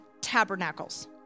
tabernacles